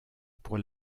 pour